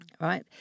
Right